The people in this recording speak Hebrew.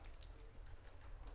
10:20.